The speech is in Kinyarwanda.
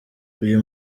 uyu